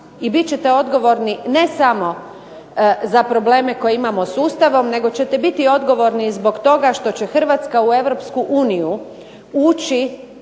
I bit ćete odgovorni ne samo za probleme koje imamo s Ustavom, nego ćete biti odgovorni zbog toga što će Hrvatska u